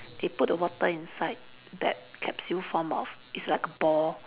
they put the water inside that capsule form of it's like a ball